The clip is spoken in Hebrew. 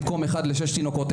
במקום אחד לשישה תינוקות,